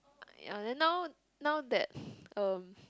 ye then now now that um